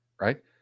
right